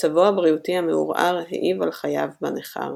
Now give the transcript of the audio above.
מצבו הבריאותי המעורער העיב על חייו בנכר.